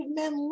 men